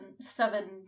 seven